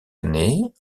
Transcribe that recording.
année